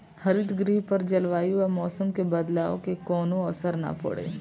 हरितगृह पर जलवायु आ मौसम के बदलाव के कवनो असर ना पड़े